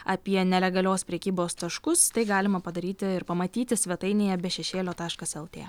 apie nelegalios prekybos taškus tai galima padaryti ir pamatyti svetainėje be šešėlio taškas el tė